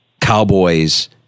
Cowboys